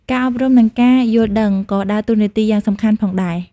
ការអប់រំ និងការយល់ដឹង ក៏ដើរតួនាទីយ៉ាងសំខាន់ផងដែរ។